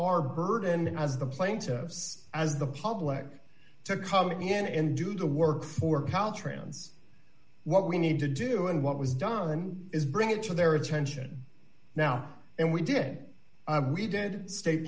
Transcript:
our burden as the plaintiffs as the public to come again and do the work for caltrans what we need to do and what was done it is bring it to their attention now and we did it we did state